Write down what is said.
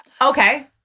okay